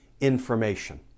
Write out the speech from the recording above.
information